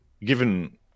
given